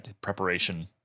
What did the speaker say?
preparation